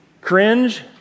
cringe